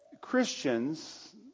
Christians